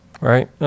right